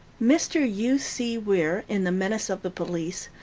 mr. hugh c. weir, in the menace of the police,